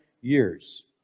years